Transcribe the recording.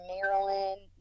Maryland